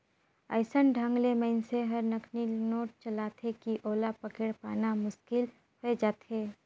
अइसन ढंग ले मइनसे हर नकली नोट चलाथे कि ओला पकेड़ पाना मुसकिल होए जाथे